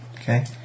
Okay